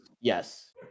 Yes